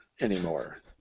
anymore